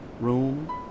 Room